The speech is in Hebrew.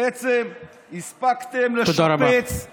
בעצם הספקתם לשפץ, תודה רבה.